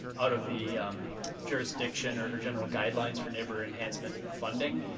out of the jurisdiction or general guidelines for neighborhood enhancement funding,